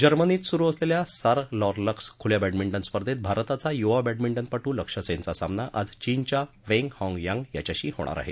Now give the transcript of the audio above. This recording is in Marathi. जर्मनीत सुरु असलेल्या सार लॉर लक्स खुल्या बॅडमिडे स्पर्धेत भारताचा युवा बॅडमिडे म् ूलक्ष्य सेनचा सामना आज चीनच्या वेंग हाँग यांग याच्याशी होणार आहे